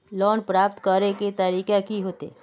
Loan प्राप्त करे के तरीका की होते?